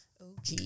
OG